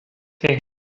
qué